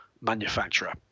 manufacturer